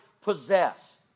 possess